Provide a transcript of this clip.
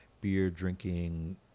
beer-drinking